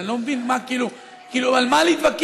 אני לא מבין מה, כאילו, כאילו, על מה להתווכח.